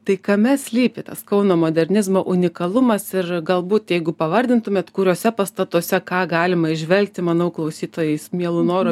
tai kame slypi tas kauno modernizmo unikalumas ir galbūt jeigu pavardintumėt kuriuose pastatuose ką galima įžvelgti manau klausytojai su mielu noru